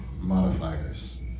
modifiers